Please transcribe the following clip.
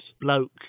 bloke